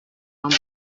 باهات